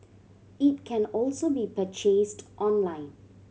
it can also be purchased online